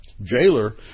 jailer